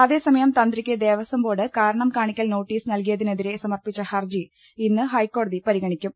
അതേസമയം തന്ത്രിയ്ക്ക് ദേവസ്വം ബോർഡ് കാരണം കാണിക്കൽ നോട്ടീസ് നൽകിയ തിനെതിരെ സമർപ്പിച്ച ഹർജി ഇന്ന് ഹൈക്കോടതി പരിഗണിക്കും